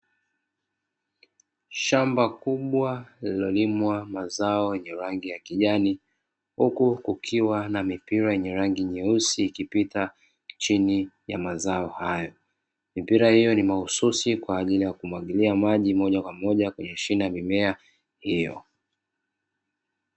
Shamba kubwa lililolimwa mazao yenye rangi ya kijani huku kukiwa na mipira yenye rangi nyeusi ikipita chini ya mazao hayo, mipira hiyo ni mahususi kwa ajili ya kumwagilia maji moja kwa moja kwenye shina ya mimea hiyo.